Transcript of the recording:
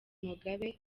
mugabe